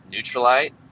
Neutralite